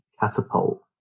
Catapult